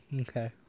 Okay